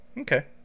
Okay